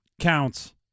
counts